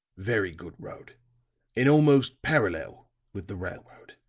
very good road and almost parallel with the railroad.